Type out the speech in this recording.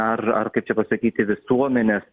ar ar kaip čia pasakyti visuomenės